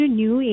new